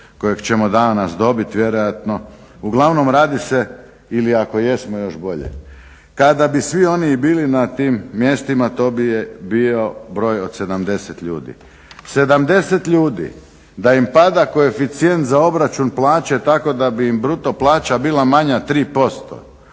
kojeg ćemo danas dobiti vjerojatno. Uglavnom radi se, ili ako jesmo još bolje. Kada bi svi oni i bili na tim mjestima to bi bio broj od 70 ljudi. 70 ljudi da im pada koeficijent za obračun plaće tako da bi im bruto plaća bila manja 3%